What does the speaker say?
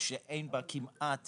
שאין בה כמעט